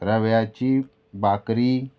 रव्याची बाकरी